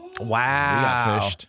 Wow